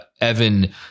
Evan